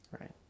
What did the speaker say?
Right